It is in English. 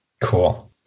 Cool